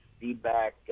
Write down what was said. feedback